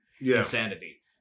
insanity